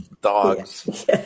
dogs